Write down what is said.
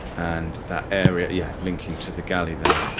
and that area yeah linking to the galley there,